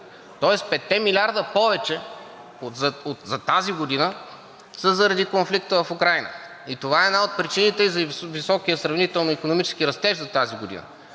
Тоест 5-те милиарда повече за тази година са заради конфликта в Украйна и това е една от причините за сравнително високия икономически растеж за тази година.